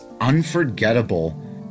unforgettable